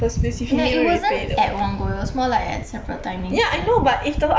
n~ it wasn't at one go it was more like at separate timings